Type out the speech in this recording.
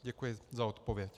Děkuji za odpověď.